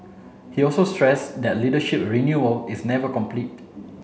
he also stressed that leadership renewal is never complete